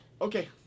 Okay